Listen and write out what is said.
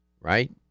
right